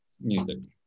music